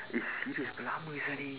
eh serious berapa lama sia ni